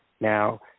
Now